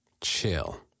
Chill